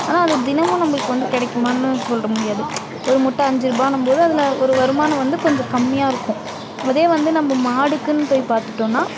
ஆனால் அது தினமும் நம்மளுக்கு வந்து கிடைக்குமான்னு சொல்கிறமுடியாது ஒரு முட்டை அஞ்சிருபான்னும் போது அதில் ஒரு வருமானம் வந்து கொஞ்சம் கம்மியாக இருக்கும் அதே வந்து நம்ம மாடுக்குன்னு போய் பார்த்துட்டோன்னா